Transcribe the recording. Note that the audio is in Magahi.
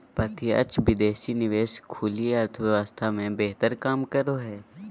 प्रत्यक्ष विदेशी निवेश खुली अर्थव्यवस्था मे बेहतर काम करो हय